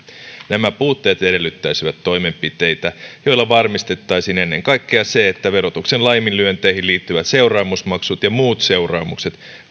nämä puutteet edellyttäisivät toimenpiteitä joilla varmistettaisiin ennen kaikkea se että verotuksen laiminlyönteihin liittyvät seuraamusmaksut ja muut seuraamukset